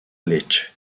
lecce